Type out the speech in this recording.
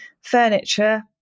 furniture